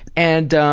and